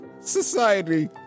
Society